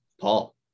Paul